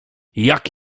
jak